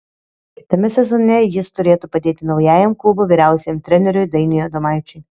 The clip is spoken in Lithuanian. kitame sezone jis turėtų padėti naujajam klubo vyriausiajam treneriui dainiui adomaičiui